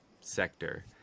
sector